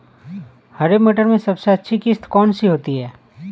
हरे मटर में सबसे अच्छी किश्त कौन सी होती है?